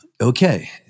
Okay